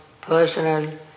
personal